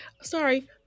Sorry